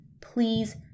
please